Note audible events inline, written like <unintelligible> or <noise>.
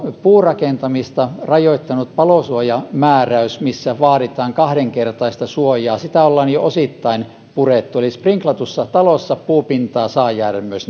puurakentamista rajoittanutta palosuojamääräystä missä vaaditaan kahdenkertaista suojaa ollaan jo osittain purettu eli sprinklatussa talossa puupintaa saa jäädä myös <unintelligible>